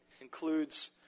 includes